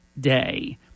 day